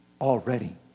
already